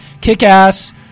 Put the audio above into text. Kick-ass